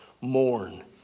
mourn